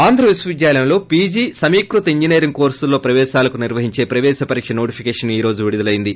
ఆంధ్రవిశ్వవిద్యాలయంలో PG సమీకృత engineering కోర్సుల్లో ప్రపేశాలకు నిర్వహించే ప్రవేశ పరీక నోటిఫికేషన్ ఈ రోజు విడుదల అయింది